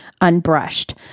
unbrushed